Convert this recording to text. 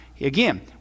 again